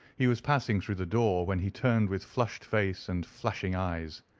he was passing through the door, when he turned, with flushed face and flashing eyes.